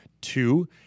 Two